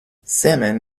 salmon